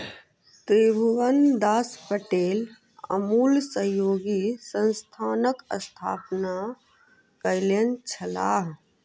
त्रिभुवनदास पटेल अमूल सहयोगी संस्थानक स्थापना कयने छलाह